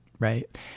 Right